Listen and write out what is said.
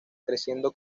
creciendo